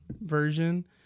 version